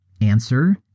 Answer